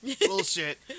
Bullshit